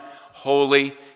holy